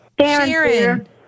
Sharon